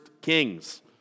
Kings